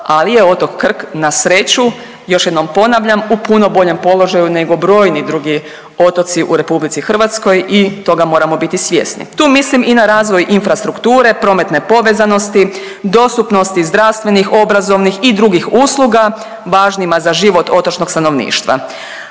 ali je otok Krk na sreću, još jednom ponavljam, u puno boljem položaju nego brojni drugi otoci u RH i toga moramo biti svjesni. Tu mislim i na razvoj infrastrukture, prometne povezanosti, dostupnosti zdravstvenih, obrazovnih i drugih usluga važnima za život otočnog stanovništva,